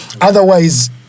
otherwise